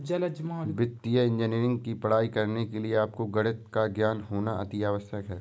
वित्तीय इंजीनियरिंग की पढ़ाई करने के लिए आपको गणित का ज्ञान होना अति आवश्यक है